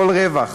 כל רווח